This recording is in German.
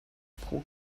pro